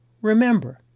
Remember